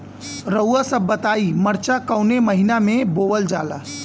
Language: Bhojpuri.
रउआ सभ बताई मरचा कवने महीना में बोवल जाला?